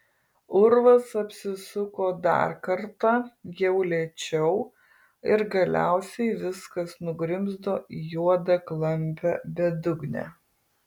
urvas apsisuko dar kartą jau lėčiau ir galiausiai viskas nugrimzdo į juodą klampią bedugnę